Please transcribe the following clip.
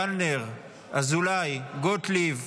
קלנר, אזולאי, גוטליב,